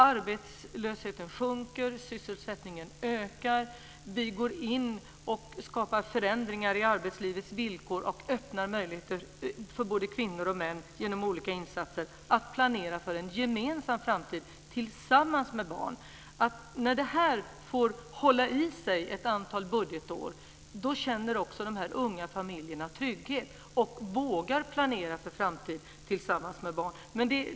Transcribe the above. Arbetslösheten sjunker, sysselsättningen ökar, vi går in och skapar förändringar i arbetslivets villkor och öppnar genom olika insatser möjligheter för både kvinnor och män att planera för en gemensam framtid tillsammans med barn. Det är min fasta övertygelse att när detta får hålla i sig ett antal budgetår känner de unga familjerna trygghet och vågar planera för en framtid tillsammans med barn.